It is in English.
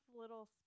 little